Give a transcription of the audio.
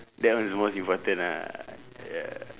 that one is the most important ah ya